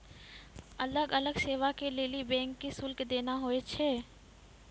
अलग अलग सेवा के लेली बैंक के शुल्क देना होय छै